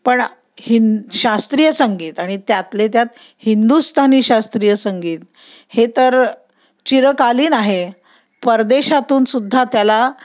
पण हि शास्त्रीय संगीत आणि त्यातले त्यात हिंदुस्थानी शास्त्रीय संगीत हे तर चिरकालीन आहे परदेशातूनसुद्धा त्याला